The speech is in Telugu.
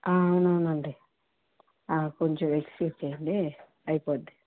అవునవునండి కొంచెం ఎక్స్క్యూజ్ చెయ్యండి అయిపోతుంది